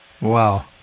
Wow